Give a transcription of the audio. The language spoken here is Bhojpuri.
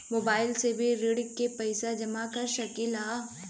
मोबाइल से भी ऋण के पैसा जमा कर सकी ला?